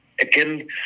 Again